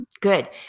Good